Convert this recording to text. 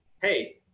hey